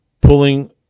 pulling